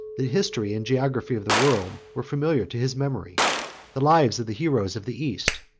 the history and geography of the world were familiar to his memory the lives of the heroes of the east,